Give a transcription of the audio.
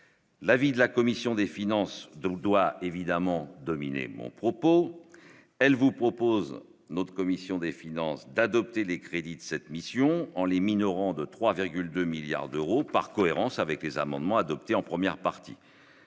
L'avis de la commission des finances de doit évidemment dominé mon propos, elle vous propose notre commission des finances d'adopter les crédits de cette mission en les minorant de 3,2 milliards d'euros par cohérence avec les amendements adoptés en première partie,